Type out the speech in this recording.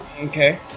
Okay